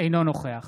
אינו נוכח